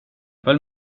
följ